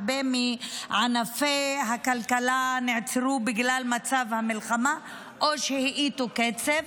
הרבה מענפי הכלכלה נעצרו בגלל מצב המלחמה או שהאטו קצב,